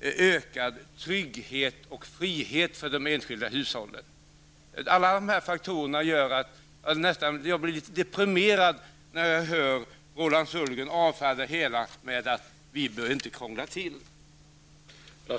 ökad trygghet och frihet för de enskilda hushållen. Alla dessa faktorer gör att jag nästan blir deprimerad när jag hör Roland Sundgren avfärda det hela med att vi inte skall krånga till det.